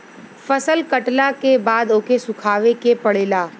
फसल कटला के बाद ओके सुखावे के पड़ेला